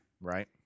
right